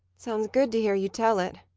sounds good to hear you tell it.